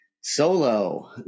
Solo